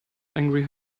angry